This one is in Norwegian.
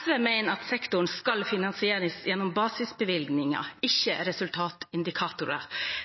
SV mener at sektoren skal finansieres gjennom basisbevilgninger,